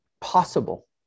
possible